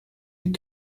die